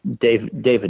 David